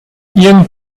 young